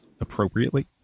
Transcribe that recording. appropriately